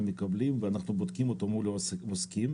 מקבלים ואנחנו בודקים אותו מול העוסק מסכים.